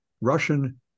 Russian